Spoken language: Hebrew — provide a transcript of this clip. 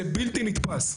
זה בלתי נתפס.